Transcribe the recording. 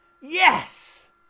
Yes